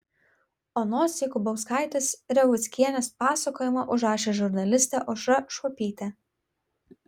onos jakubauskaitės revuckienės pasakojimą užrašė žurnalistė aušra šuopytė